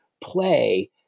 play